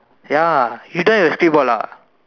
ya you don't have a script board ah